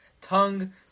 tongue